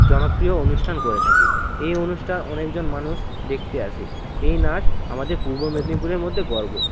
জনপ্রিয় অনুষ্ঠান করে থাকে এই অনুষ্ঠান অনেকজন মানুষ দেখতে আসে এই নাচ আমাদের পূর্ব মেদিনীপুরের মধ্যে গর্ব